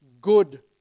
good